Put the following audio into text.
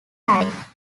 type